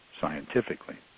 scientifically